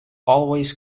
always